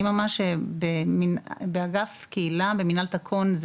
אני ממש באגף קהילה במינהל תקון,